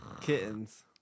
Kittens